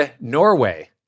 Norway